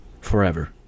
forever